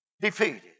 defeated